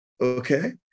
okay